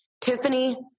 tiffany